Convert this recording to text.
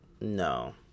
No